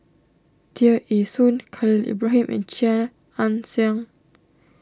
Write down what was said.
Tear Ee Soon Khalil Ibrahim and Chia Ann Siang